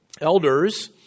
Elders